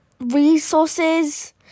resources